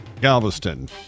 Galveston